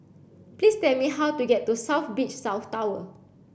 please tell me how to get to South Beach South Tower